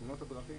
תאונות הדרכים